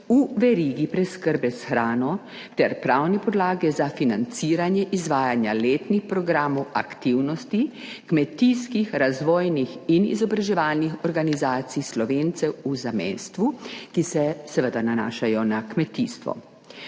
v verigi preskrbe s hrano ter pravne podlage za financiranje izvajanja letnih programov aktivnosti kmetijskih, razvojnih in izobraževalnih organizacij Slovencev v zamejstvu, ki se seveda nanašajo na kmetijstvo.